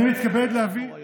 אני לא תקעתי שום דבר.